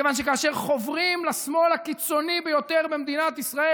מכיוון שכאשר חוברים לשמאל הקיצוני ביותר במדינת ישראל,